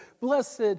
blessed